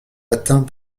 atteints